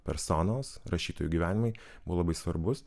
personos rašytojų gyvenimai buvo labai svarbus